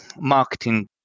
marketing